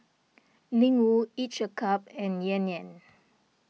Ling Wu Each a cup and Yan Yan